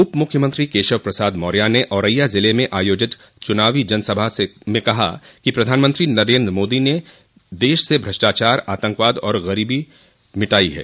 उपमुख्यमंत्री केशव प्रसाद मौर्या ने औरैया जिले में आयोजित चूनावी जनसभा में कहा कि प्रधानमंत्री नरेन्द्र मोदी देश से भ्रष्टाचार आतंकवाद और गरीबी मिटाना चाहते हैं